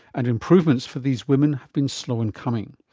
and improvements for these women have been slow in coming.